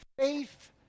faith